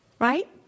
right